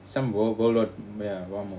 some verbal or ya war m~